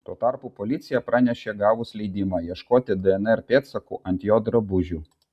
tuo tarpu policija pranešė gavus leidimą ieškoti dnr pėdsakų ant jo drabužių